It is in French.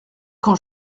quand